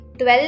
12